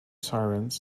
sirens